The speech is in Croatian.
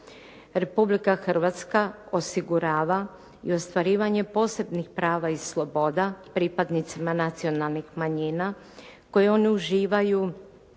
Republika Hrvatska osigurava i ostvarivanje posebnih prava i sloboda pripadnicima nacionalnih manjina koje oni uživaju